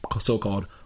so-called